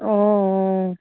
অঁ অঁ